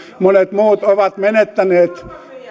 monet muut ovat menettäneet